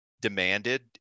demanded